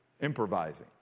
Improvising